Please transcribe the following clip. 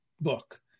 book